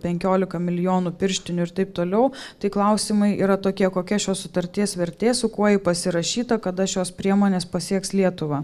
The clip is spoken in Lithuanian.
penkiolika milijonų pirštinių ir taip toliau tai klausimai yra tokie kokia šios sutarties vertė su kuo ji pasirašyta kada šios priemonės pasieks lietuvą